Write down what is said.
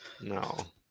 No